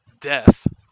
Death